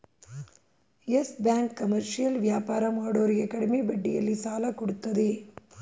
Yes Bank commercial ವ್ಯಾಪಾರ ಮಾಡೋರಿಗೆ ಕಡಿಮೆ ಬಡ್ಡಿಯಲ್ಲಿ ಸಾಲ ಕೊಡತ್ತದೆ